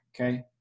Okay